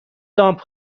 لامپ